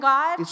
God